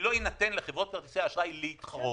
אם לא יינתן לחברות כרטיסי האשראי להתחרות,